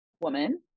woman